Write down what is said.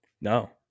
No